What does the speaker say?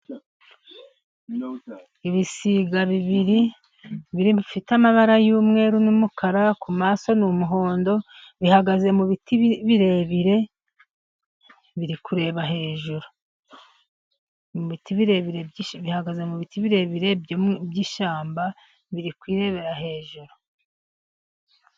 Ibisiga bibiri bifite amabara y'umweru n'umukara ku maso n'umuhondo, bihagaze mu biti birebire biri kureba hejuru. Bihagaze mu biti birebire by'ishyamba biri kwirebera hejuru.